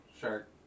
shark